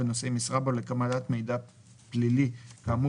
ונושא משרה בו לקבלת מידע פלילי כאמור